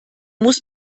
muss